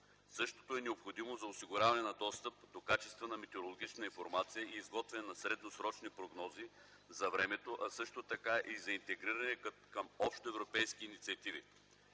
Същото е необходимо за осигуряване на достъп до качествена метеорологична информация и изготвяне на средносрочни прогнози за времето, а също така и за интегриране към общоевропейските инициативи.